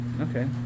Okay